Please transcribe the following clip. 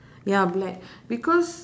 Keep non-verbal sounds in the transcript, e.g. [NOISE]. [BREATH] ya black because